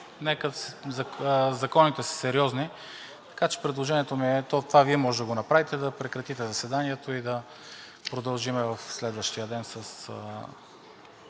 законите са сериозни. Така че предложението ми е, то това Вие можете да го направите, да прекратите заседанието и да продължим в следващия ден с